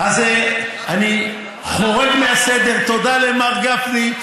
אז אני חורג מהסדר: תודה למר גפני,